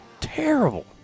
terrible